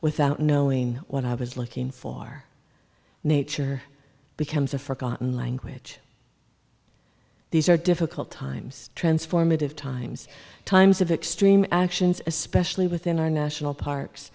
without knowing what i was looking for nature becomes a forgotten language these are difficult times transformative times times of extreme actions especially within our national parks